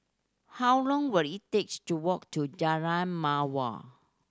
how long will it takes to walk to Jalan Mawar